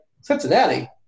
Cincinnati